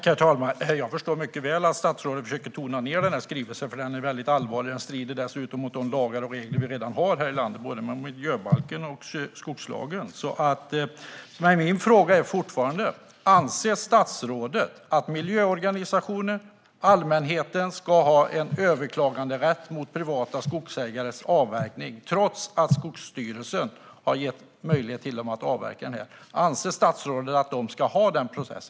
Herr talman! Jag förstår mycket väl att statsrådet försöker tona ned den här skrivningen, för den är väldigt allvarlig. Den strider dessutom mot de lagar och regler vi redan har här i landet, både miljöbalken och skogslagen. Min fråga är fortfarande: Anser statsrådet att miljöorganisationer och allmänheten ska ha en överklaganderätt mot privata skogsägares avverkning, trots att Skogsstyrelsen har gett dem möjlighet att avverka? Anser statsrådet att de ska ha möjlighet till den processen?